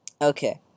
Okay